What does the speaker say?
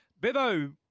Bevo